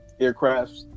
aircrafts